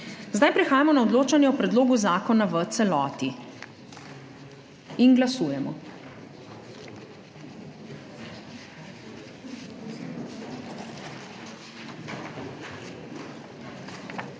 Zdaj prehajamo na odločanje o predlogu zakona v celoti. Glasujemo.